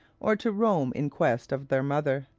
or to roam in quest of their mother.